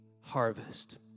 harvest